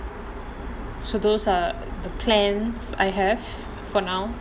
so those are the plans I have for now